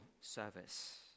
service